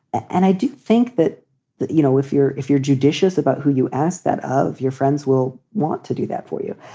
and i do think that that, you know, if you're if you're judicious about who you ask that of, your friends will want to do that for you.